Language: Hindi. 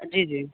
जी जी